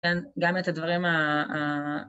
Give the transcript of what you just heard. ‫גם את הדברים ה...